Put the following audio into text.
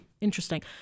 Interesting